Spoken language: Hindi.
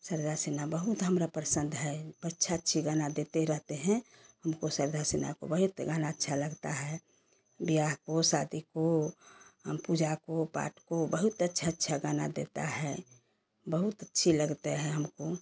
सरधा सिन्हा बहुत हमरा परसंद है अच्छा अच्छी गाना देते रहते हैं हमको सरधा सिन्हा को बहुत गाना अच्छा लगता है बियाह को शादी को हम पूजा को पाठ को बहुत अच्छा अच्छा गाना देता है बहुत अच्छी लगते हैं हमको